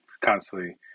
constantly